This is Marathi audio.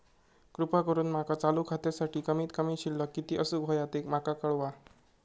कृपा करून माका चालू खात्यासाठी कमित कमी शिल्लक किती असूक होया ते माका कळवा